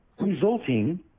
resulting